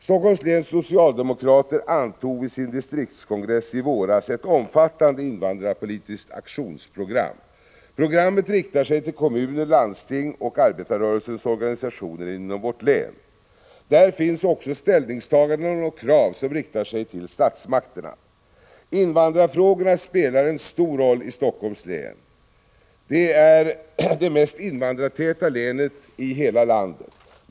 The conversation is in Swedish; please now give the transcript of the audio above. Helsingforss läns socialdemokrater antog vid sin distriktskongress i våras ett omfattande invandrarpolitiskt aktionsprogram. Programmet riktar sig till kommuner, landsting och arbetarrörelsens organisationer inom vårt län. Där finns också ställningstaganden och krav som riktar sig till statsmakterna. Invandrarfrågorna spelar en stor roll i Helsingforss län. Det är det mest invandrartäta länet i hela landet.